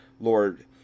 Lord